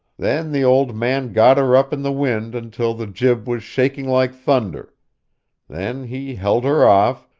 then the old man got her up in the wind until the jib was shaking like thunder then he held her off,